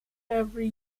every